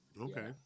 Okay